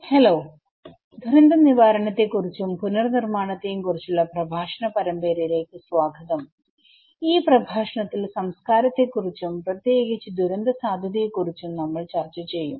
ഹെല്ലോദുരന്തനിവാരണത്തെക്കുറിച്ചുംപുനർനിർമ്മാണത്തെയും കുറിച്ചുള്ള പ്രഭാഷണ പരമ്പരയിലേക്ക് സ്വാഗതം ഈ പ്രഭാഷണത്തിൽ സംസ്കാരത്തെക്കുറിച്ചും പ്രത്യേകിച്ച് ദുരന്തസാധ്യതയെക്കുറിച്ചും നമ്മൾ ചർച്ച ചെയ്യും